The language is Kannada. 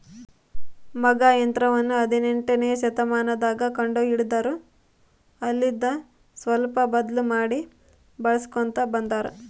ಮಗ್ಗ ಯಂತ್ರವನ್ನ ಹದಿನೆಂಟನೆಯ ಶತಮಾನದಗ ಕಂಡು ಹಿಡಿದರು ಅಲ್ಲೆಲಿಂದ ಸ್ವಲ್ಪ ಬದ್ಲು ಮಾಡಿ ಬಳಿಸ್ಕೊಂತ ಬಂದಾರ